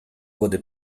wurde